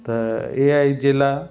त एआई जे लाइ